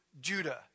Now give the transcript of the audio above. Judah